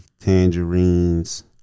tangerines